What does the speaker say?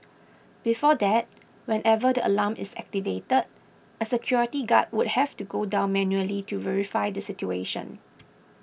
before that whenever the alarm is activated a security guard would have to go down manually to verify the situation